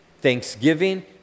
thanksgiving